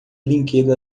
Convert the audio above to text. brinquedo